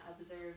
observe